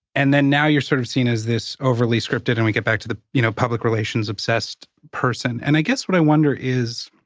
and then now you're sort of seen as this overly scripted, and we get back to the, you know, public relations obsessed person. and i guess what i wonder is,